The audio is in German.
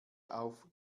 auf